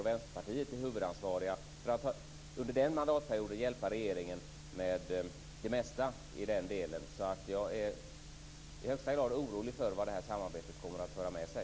Ni i Vänsterpartiet är huvudansvariga genom att ni under den mandatperioden hjälpte regeringen med det mesta i den delen. Jag är i högsta grad orolig för vad det här samarbetet kommer att föra med sig.